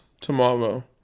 tomorrow